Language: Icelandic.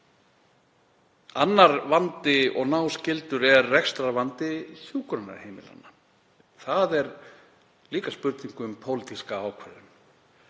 Annar vandi og náskyldur er rekstrarvandi hjúkrunarheimilanna. Það er líka spurning um pólitíska ákvörðun.